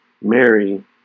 mary